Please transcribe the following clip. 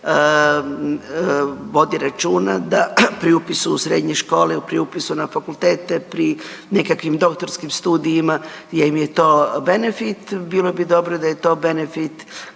vodi računa da pri upisu u srednje škole, pri upisu na fakultete, pri nekakvim doktorskim studijima gdje im je to benefit bilo bi dobro da je to benefit